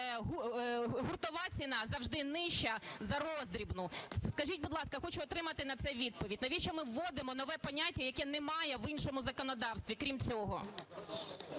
гуртова ціна завжди нижча за роздрібну? Скажіть, будь ласка, хочу отримати на це відповідь, навіщо ми вводимо нове поняття, якого немає в іншому законодавстві, крім цього?